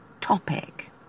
topic